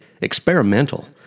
experimental